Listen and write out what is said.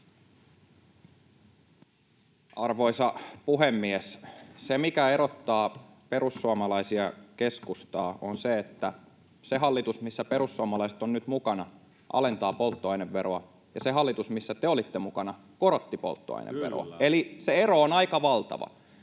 Arvoisa puhemies! Se, mikä erottaa perussuomalaisia ja keskustaa, on se, että se hallitus, missä perussuomalaiset ovat nyt mukana, alentaa polttoaineveroa ja se hallitus, missä te olitte mukana, korotti polttoaineveroa. Eli se ero on aika valtava.